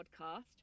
podcast